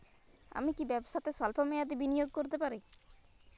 আমি কি ব্যবসাতে স্বল্প মেয়াদি বিনিয়োগ করতে পারি?